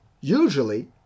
usually